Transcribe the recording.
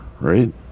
right